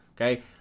Okay